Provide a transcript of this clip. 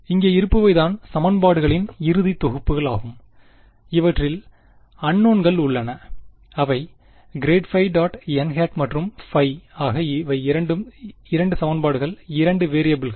இங்கே இருப்பவை தான் சமன்பாடுகளின் இறுதி தொகுப்புகள் ஆகும் இவற்றில் அன்னோண்கள் உள்ளன அவை∇ϕ·n மற்றும் ϕ ஆக இவை இரண்டு சமன்பாடுகள் இரண்டு வேறியபிள்கள்